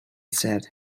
said